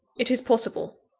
it is possible.